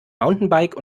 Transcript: mountainbike